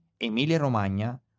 Emilia-Romagna